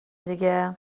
دیگه